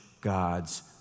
God's